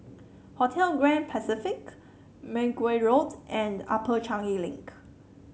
Hotel Grand Pacific Mergui Road and Upper Changi Link